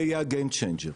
זה יהיה ה-game changer,